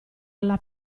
alla